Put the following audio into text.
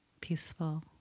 peaceful